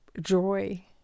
joy